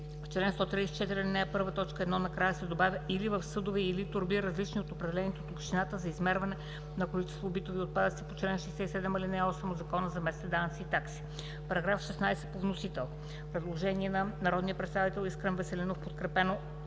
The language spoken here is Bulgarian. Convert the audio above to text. В чл. 134, ал. 1, т. 1 накрая се добавя „или в съдове или торби, различни от определените от общината за измерване на количество битови отпадъци по чл. 67, ал. 8 от Закона за местните данъци и такси.“ По § 16 по вносител – предложение от народния представител Искрен Веселинов, подкрепено